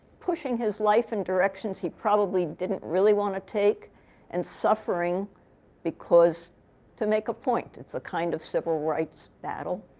pushing his life in directions he probably didn't really want to take and suffering because to make a point. it's a kind of civil rights battle.